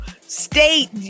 state